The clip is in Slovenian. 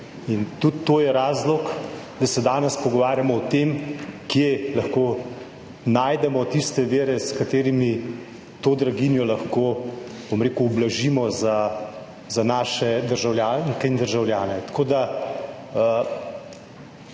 tudi to je razlog, da se danes pogovarjamo o tem, kje lahko najdemo tiste vire, s katerimi lahko to draginjo, bom rekel, za naše državljanke in državljane